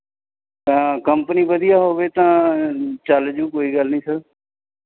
company ਵਧੀਆ ਹੋਵੇ ਤਾਂ ਚੱਲਜੂ ਕੋਈ ਗੱਲ ਨਹੀਂ ਸਰ